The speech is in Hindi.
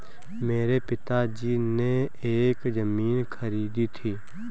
मेरे पिताजी ने एक जमीन खरीदी थी